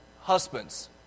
husbands